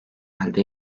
elde